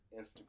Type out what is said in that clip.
Instagram